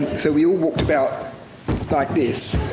so we all walked about like this.